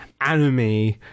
anime